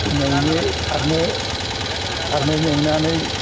इनायनो सारनो सारनो मेंनानै